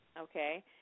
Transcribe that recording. Okay